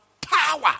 power